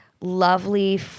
lovely